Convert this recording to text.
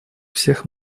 всех